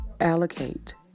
Allocate